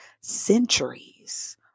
centuries